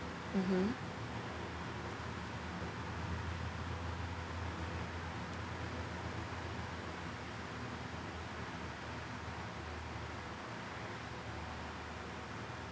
mmhmm